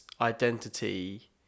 identity